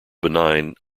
benign